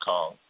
Kong